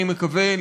אני מקווה,